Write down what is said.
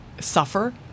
suffer